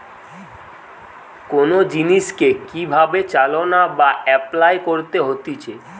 কোন জিনিসকে কি ভাবে চালনা বা এপলাই করতে হতিছে